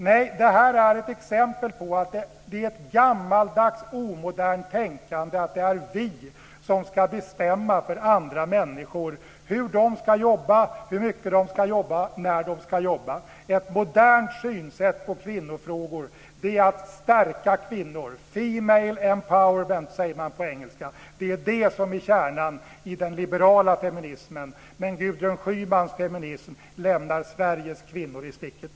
Nej, det här är ett exempel på att det är ett gammaldags tänkande att det är vi som ska bestämma för andra människor hur de ska jobba, hur mycket de ska jobba och när de ska jobba. Ett modernt synsätt på kvinnofrågor är att stärka kvinnor, female empowerment säger man på engelska. Det är det som är kärnan i den liberala feminismen. Men Gudrun Schymans feminism lämnar Sveriges kvinnor i sticket.